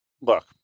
look